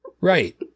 Right